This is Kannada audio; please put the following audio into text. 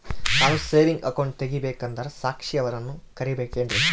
ನಾನು ಸೇವಿಂಗ್ ಅಕೌಂಟ್ ತೆಗಿಬೇಕಂದರ ಸಾಕ್ಷಿಯವರನ್ನು ಕರಿಬೇಕಿನ್ರಿ?